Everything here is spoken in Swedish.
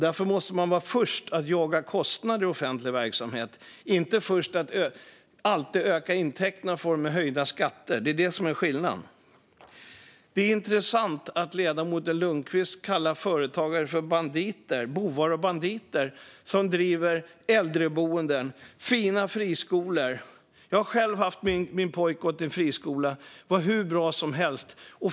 Därför måste man först jaga kostnader i offentlig verksamhet, inte alltid först öka intäkterna i form av höjda skatter. Det är det som är skillnaden. Det är intressant att ledamoten Lundqvist kallar företagare som driver äldreboenden och fina friskolor för bovar och banditer. Jag har själv haft min pojk i en friskola. Det var hur bra som helst.